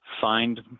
find